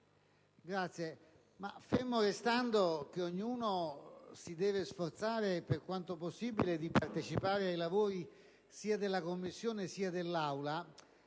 Presidente, fermo restando che ognuno si deve sforzare per quanto possibile di partecipare ai lavori sia delle Commissioni che dell'Aula,